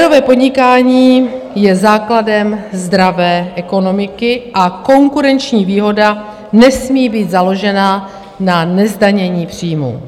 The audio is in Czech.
Férové podnikání je základem zdravé ekonomiky a konkurenční výhoda nesmí být založena na nezdanění příjmů.